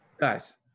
guys